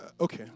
Okay